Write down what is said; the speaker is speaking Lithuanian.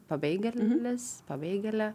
pabėgėlis pabėgėlė